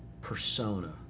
persona